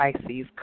Pisces